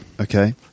Okay